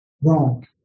Wrong